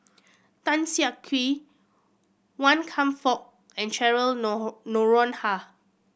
Tan Siak Kew Wan Kam Fook and Cheryl Noronha